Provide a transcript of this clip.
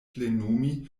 plenumi